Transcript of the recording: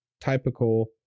typical